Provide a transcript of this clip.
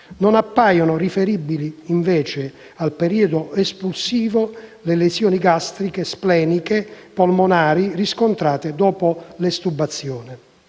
Non appaiono riferibili, invece, al periodo espulsivo le lesioni gastriche, spleniche e polmonari riscontrate dopo l'estubazione.